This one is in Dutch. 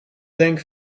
denk